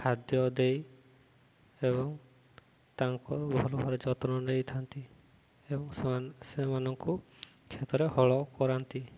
ଖାଦ୍ୟ ଦେଇ ଏବଂ ତାଙ୍କର ଭଲ ଭଲଭାବରେ ଯତ୍ନ ନେଇଥାନ୍ତି ଏବଂ ସେମାନଙ୍କୁ କ୍ଷେତରେ ହଳ କରାନ୍ତି